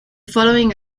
following